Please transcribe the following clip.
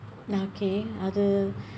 mm okay அது:athu